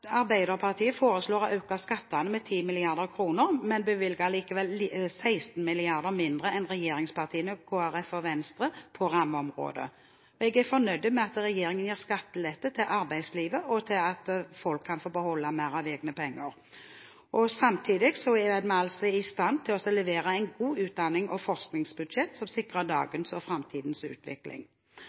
Arbeiderpartiet foreslår å øke skattene med 10 mrd. kr, men bevilger likevel 16 mrd. kr mindre enn regjeringspartiene, Kristelig Folkeparti og Venstre på rammeområdet. Jeg er fornøyd med at regjeringen gir skattelette til arbeidslivet og til at folk kan få beholde mer av egne penger. Samtidig er vi i stand til å levere et godt utdannings- og forskningsbudsjett som sikrer dagens og framtidens utvikling.